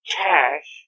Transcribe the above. cash